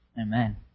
Amen